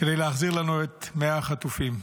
כדי להחזיר לנו את 100 החטופים.